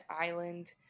island